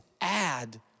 add